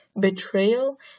betrayal